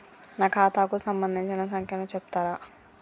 నా ఖాతా కు సంబంధించిన సంఖ్య ను చెప్తరా?